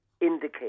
indicate